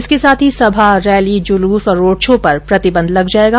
इसके साथ ही सभा रैली जुलूस और रोड शो पर प्रतिबंध लग जायेगा